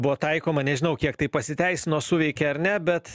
buvo taikoma nežinau kiek tai pasiteisino suveikė ar ne bet